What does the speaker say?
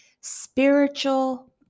spiritual